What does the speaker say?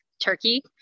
turkey